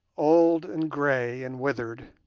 old and grey and withered,